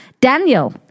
daniel